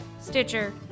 stitcher